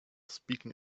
speaking